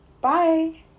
Bye